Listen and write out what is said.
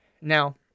Now